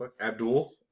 Abdul